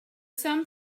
some